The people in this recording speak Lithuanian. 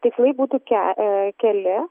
tikslai būtų ke keli